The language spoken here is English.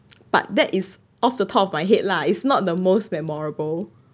but that is off the top of my head lah it's not the most memorable